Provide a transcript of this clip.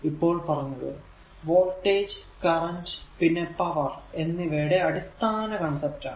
ഇപ്പോൾ പറഞ്ഞത് voltage current പിന്നെ പവർ എന്നിവയുടെ അടിസ്ഥാന കോൺസെപ്റ് ആണ്